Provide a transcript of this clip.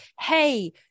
hey